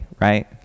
right